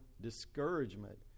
discouragement